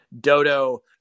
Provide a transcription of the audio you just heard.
Dodo